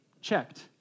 checked